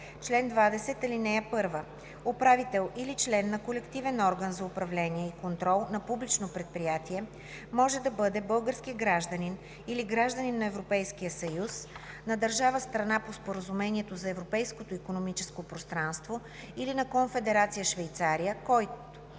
чл. 20: „Чл. 20. (1) Управител или член на колективен орган за управление и контрол на публично предприятие може да бъде български гражданин или гражданин на Европейския съюз, на държава – страна по Споразумението за Европейското икономическо пространство, или на Конфедерация Швейцария, който: